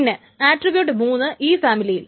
പിന്നെ ആട്രിബ്യൂട്ട് 3 ഈ ഫാമിലിയിൽ